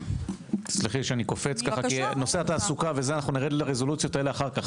אנחנו נרד אחר כך לרזולוציה של נושא התעסוקה,